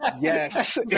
Yes